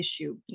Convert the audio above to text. issue